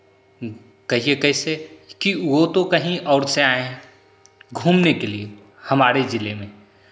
कहिए कैसे कि वो तो कहीं और से आयें हैं घूमने के लिए हमारे जिले में